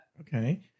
Okay